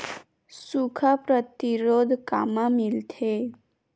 सुखा प्रतिरोध कामा मिलथे?